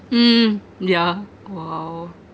mm mm yeah !wow!